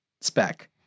spec